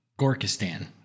Gorkistan